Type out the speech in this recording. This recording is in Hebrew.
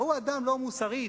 הוא אדם לא מוסרי,